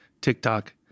TikTok